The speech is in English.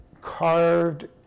carved